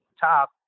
top